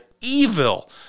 evil